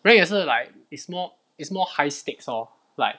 rank 也是 like is more is more high stakes lor like